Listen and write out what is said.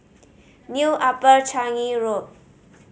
New Upper Changi Road